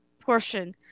portion